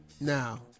Now